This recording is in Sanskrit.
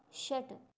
षट्